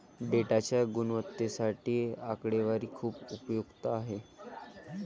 डेटाच्या गुणवत्तेसाठी आकडेवारी खूप उपयुक्त आहे